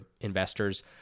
investors